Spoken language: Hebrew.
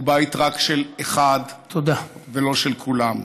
הוא בית רק של אחד ולא של כולם.